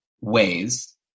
ways